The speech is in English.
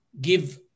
give